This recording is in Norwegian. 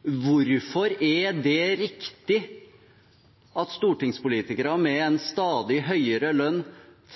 Hvorfor er det riktig at stortingspolitikere med en stadig høyere lønn